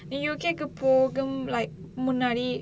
நீ:nee U_K கு போகும்:ku pogum like முன்னாடி:munnaadi